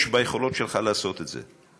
יש ביכולות שלך לעשות את זה.